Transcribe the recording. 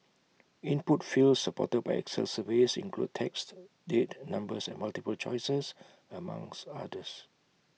input fields supported by excel surveys include text date numbers and multiple choices among others